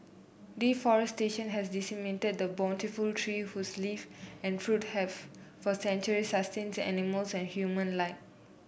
deforestation has decimated the bountiful tree whose leave and fruit have for centuries sustained animals and human alike